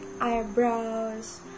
eyebrows